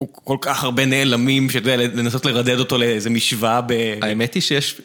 כל כך הרבה נעלמים לנסות לרדד אותו לאיזה משוואה ב... האמת היא שיש...